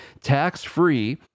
tax-free